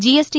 GST